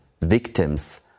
victims